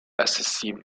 accessible